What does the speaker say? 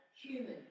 human